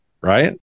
right